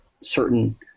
certain